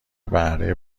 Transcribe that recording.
بهره